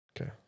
Okay